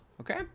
Okay